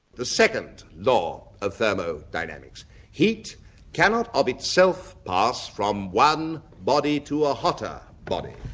the second law of thermodynamics heat cannot of itself pass from one body to a hotter body.